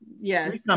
Yes